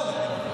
לא.